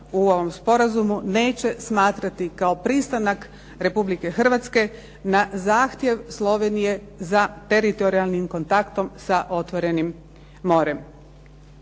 u ovom sporazumu neće smatrati kao pristanak Republike Hrvatske na zahtjev Slovenije za teritorijalnim kontaktom sa otvorenim morem.